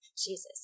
Jesus